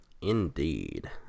Indeed